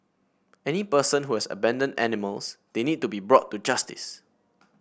any person who has abandoned animals they need to be brought to justice